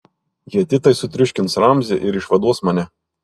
hetitai sutriuškins ramzį ir išvaduos mane